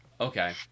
Okay